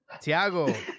tiago